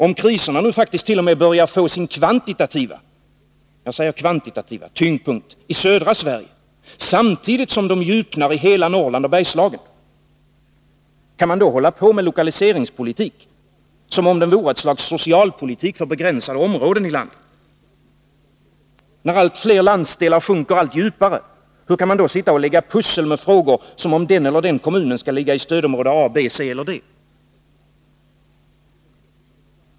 Om kriserna nu faktiskt t.o.m. börjar få sin kvantitativa tyngdpunkt i södra Sverige, samtidigt som de djupnar i hela Norrland och Bergslagen — kan man då hålla på med lokaliseringspolitik som om den vore ett slags socialpolitik för begränsade områden i landet? Allt fler landsdelar sjunker allt djupare. Hur kan man då sitta och lägga pussel med frågor som handlar om den eller den kommunen skall ligga i stödområde A, B, C eller D?